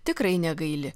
tikrai negaili